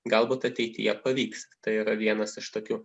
galbūt ateityje pavyks tai yra vienas iš tokių